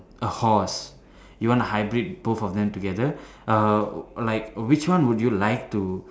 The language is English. a horse you want to hybrid both of them together uh like which one would you like to